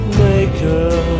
maker